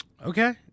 Okay